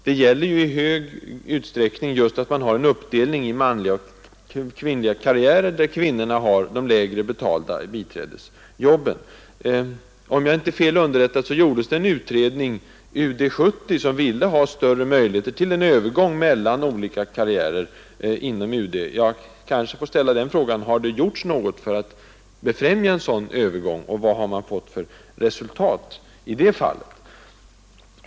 Det gäller ju i stor utsträckning just att man har en uppdelning i manliga och kvinnliga karriärer, där kvinnorna har de lägre betalda biträdesjobben. Om jag inte är fel underrättad gjordes en utredning, UD 70, som ville ha större möjligheter till övergång mellan olika karriärer inom UD. Jag kanske får ställa frågan: Har det gjorts något för att befrämja en sådan övergång, och vad har man fått för resultat i det fallet?